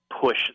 push